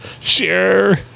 Sure